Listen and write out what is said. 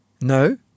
No